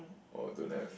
oh don't have